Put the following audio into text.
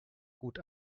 gut